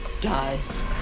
dies